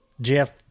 jeff